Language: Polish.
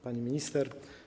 Pani Minister!